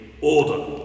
order